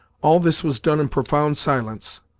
all this was done in profound silence,